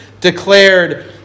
declared